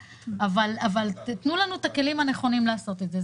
אבל תיתנו לנו את הכלים הנכונים לעשות את זה.